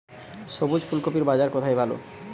সবুজ ফুলকপির বাজার কোথায় ভালো?